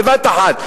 בבת אחת.